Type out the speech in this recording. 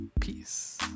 Peace